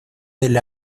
del